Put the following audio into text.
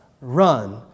run